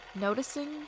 Noticing